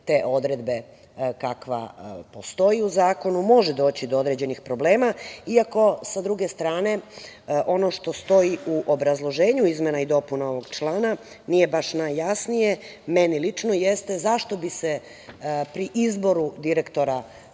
te odredbe, kakva postoji u zakonu, može doći do određenih problema, iako, sa druge strane, ono što stoji u obrazloženju izmena i dopuna ovog člana, nije baš najjasnije, meni lično jeste – zašto bi se pri izboru direktora